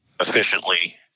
efficiently